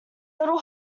little